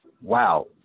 wow